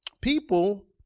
People